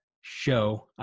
show